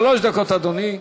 שלוש דקות, אדוני.